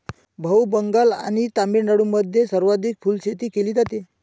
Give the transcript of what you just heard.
भाऊ, बंगाल आणि तामिळनाडूमध्ये सर्वाधिक फुलशेती केली जाते